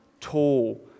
tall